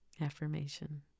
Affirmation